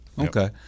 Okay